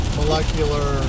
molecular